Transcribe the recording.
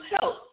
help